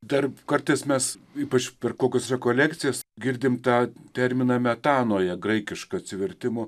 dar kartais mes ypač per kokios rekolekcijas girdim tą terminą metanoje graikišką atsivertimo